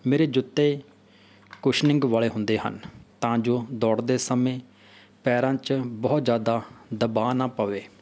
ਮੇਰੇ ਜੁੱਤੇ ਕੁਛਨਿੰਗ ਵਾਲੇ ਹੁੰਦੇ ਹਨ ਤਾਂ ਜੋ ਦੌੜਦੇ ਸਮੇਂ ਪੈਰਾਂ 'ਚ ਬਹੁਤ ਜ਼ਿਆਦਾ ਦਬਾਅ ਨਾ ਪਵੇ